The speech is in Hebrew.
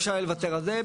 אפשר יהיה לוותר על זה,